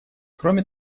кроме